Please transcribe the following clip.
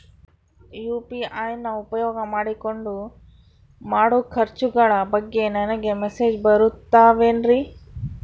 UPI ನ ಉಪಯೋಗ ಮಾಡಿಕೊಂಡು ಮಾಡೋ ಖರ್ಚುಗಳ ಬಗ್ಗೆ ನನಗೆ ಮೆಸೇಜ್ ಬರುತ್ತಾವೇನ್ರಿ?